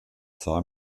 zar